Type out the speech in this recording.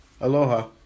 Aloha